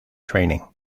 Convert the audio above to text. training